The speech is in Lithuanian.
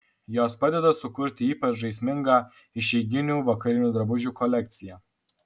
jos padeda sukurti ypač žaismingą išeiginių vakarinių drabužių kolekciją